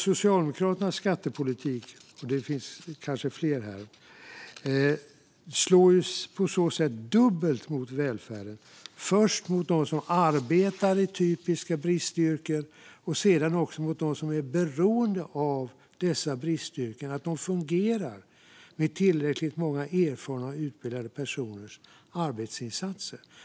Socialdemokraternas skattepolitik - det gäller kanske fler partier här - slår på så sätt dubbelt mot välfärden, först mot dem som arbetar i typiska bristyrken och sedan också mot dem som är beroende av att dessa bristyrken fungerar genom tillräckligt många erfarna och utbildade personers arbetsinsatser.